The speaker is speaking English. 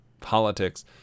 politics